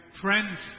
Friends